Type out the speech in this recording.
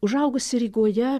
užaugusi rygoje